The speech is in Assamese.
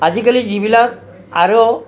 আজিকালি যিবিলাক আৰ'